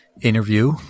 interview